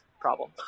problem